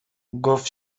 گفت